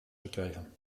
gekregen